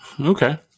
Okay